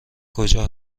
کجا